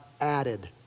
added